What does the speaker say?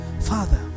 Father